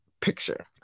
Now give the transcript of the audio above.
picture